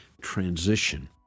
transition